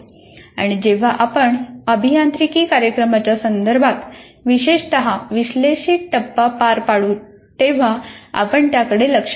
आणि जेव्हा आपण अभियांत्रिकी कार्यक्रमाच्या संदर्भात विशेषत विश्लेषित टप्पा पार पाडू तेव्हा आपण त्याकडे लक्ष देऊ